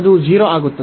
ಅದು 0 ಆಗುತ್ತದೆ